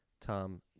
Tom